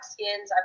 Skins